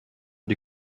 die